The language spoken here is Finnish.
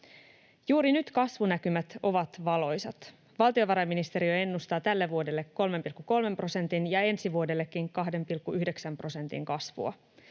Juuri nyt kasvunäkymät ovat valoisat. Valtiovarainministeriö ennustaa tälle vuodelle 3,3 prosentin ja ensi vuodellekin 2,9 prosentin kasvua.